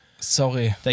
Sorry